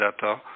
data